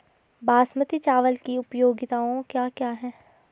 बासमती चावल की उपयोगिताओं क्या क्या हैं?